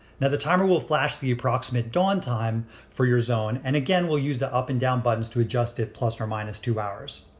now the timer will flash the approximate dawn time for your zone. and again we'll use the up and down buttons to adjust it plus or minus two hours